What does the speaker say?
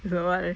you got [what] leh